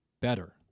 better